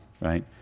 right